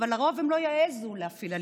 אבל לרוב הם לא יעזו להפעיל אלימות,